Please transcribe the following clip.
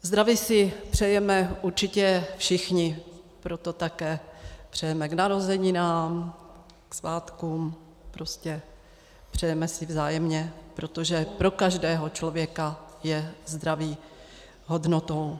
Zdraví si přejeme určitě všichni, proto také přejeme k narozeninám, k svátkům, prostě si přejeme vzájemně, protože pro každého člověka je zdraví hodnotou.